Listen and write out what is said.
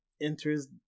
enters